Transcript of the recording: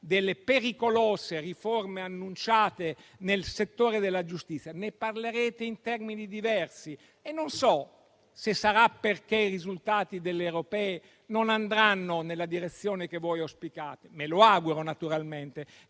delle pericolose riforme annunciate nel settore della giustizia. Ne parlerete in termini diversi e non so se sarà perché i risultati delle elezioni europee non andranno nella direzione che voi auspicate, e mi auguro naturalmente